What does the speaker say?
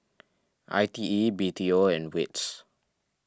I T E B T O and Wits